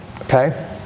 Okay